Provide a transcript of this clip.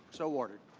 so ordered.